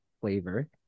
flavor